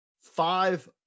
five